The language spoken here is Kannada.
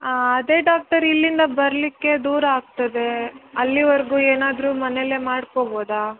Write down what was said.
ಅದೇ ಡಾಕ್ಟರ್ ಇಲ್ಲಿಂದ ಬರಲಿಕ್ಕೆ ದೂರ ಆಗ್ತದೆ ಅಲ್ಲಿವರೆಗು ಏನಾದ್ರೂ ಮನೇಲೆ ಮಾಡ್ಕೊಬೋದಾ